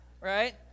right